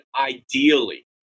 ideally